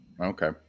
Okay